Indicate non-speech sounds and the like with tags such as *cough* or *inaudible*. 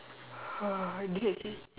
*noise* I didn't actually